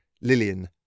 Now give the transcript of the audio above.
Lillian